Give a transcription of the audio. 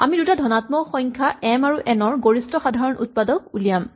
আমি দুটা ধনাত্মক সংখ্যা এম আৰু এন ৰ গৰিষ্ঠ সাধাৰণ উৎপাদকগ সা উ উলিয়াম